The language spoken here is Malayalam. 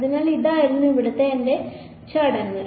അതിനാൽ ഇതായിരുന്നു ഇവിടെ എന്റെ ചടങ്ങ്